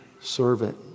servant